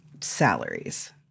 salaries